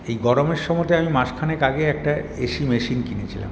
এই গরমের সময়টা আমি মাসখানেক আগে একটা এসি মেশিন কিনেছিলাম